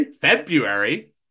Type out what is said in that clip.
February